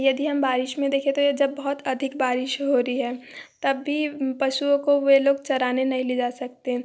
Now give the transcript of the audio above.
यदि हम बारिश में देखें तो ये जब बहुत अधिक बारिश होरी है तब भी पशुओं को वे लोग चराने नहीं ले जा सकते